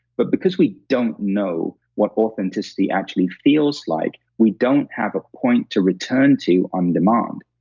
but because we don't know what authenticity actually feels like, we don't have a point to return to on demand.